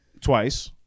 twice